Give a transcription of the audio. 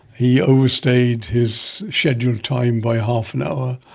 he overstayed his scheduled time by half an hour,